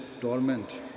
torment